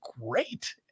great